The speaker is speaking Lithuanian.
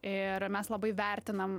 ir mes labai vertinam